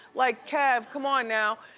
like kev, come on now.